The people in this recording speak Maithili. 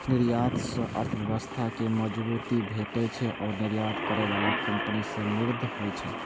निर्यात सं अर्थव्यवस्था कें मजबूती भेटै छै आ निर्यात करै बला कंपनी समृद्ध होइ छै